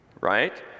right